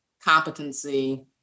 competency